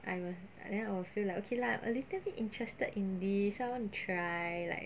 I will then I'll feel like okay lah a little bit interested in this so I want to try like